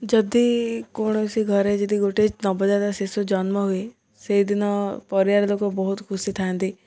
ଯଦି କୌଣସି ଘରେ ଯଦି ଗୋଟେ ନବଜାତ ଶିଶୁ ଜନ୍ମ ହୁଏ ସେଇଦିନ ପରିବାର ଲୋକ ବହୁତ ଖୁସି ଥାଆନ୍ତି